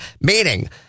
meaning